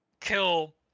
kill